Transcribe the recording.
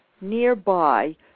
nearby